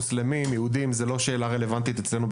מוסלמים או יהודים; זוהי לא שאלה רלוונטית אצלנו,